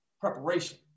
preparation